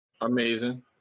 Amazing